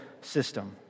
system